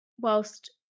whilst